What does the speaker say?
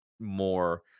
more